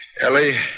Ellie